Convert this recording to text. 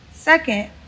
second